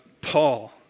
Paul